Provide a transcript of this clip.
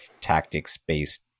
tactics-based